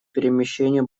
перемещению